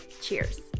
Cheers